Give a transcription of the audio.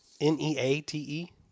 N-E-A-T-E